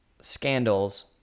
scandals